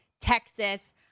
Texas